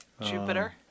Jupiter